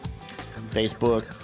facebook